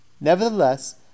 Nevertheless